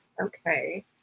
Okay